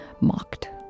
mocked